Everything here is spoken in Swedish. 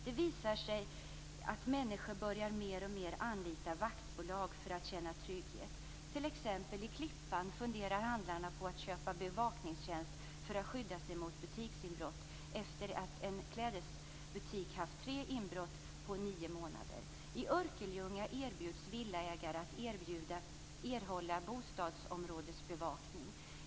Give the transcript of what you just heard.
Det visar sig att människor mer och mer börjar anlita vaktbolag för att känna trygghet. I Klippan funderar t.ex. handlarna på att köpa bevakningstjänst för att skydda sig mot butiksinbrott efter det att en klädesbutik haft tre inbrott på nio månader. I Örkelljunga erbjuds villaägare att erhålla bostadsområdesbevakning.